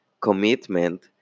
commitment